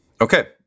okay